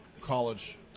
college